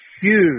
huge